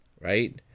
Right